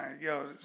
yo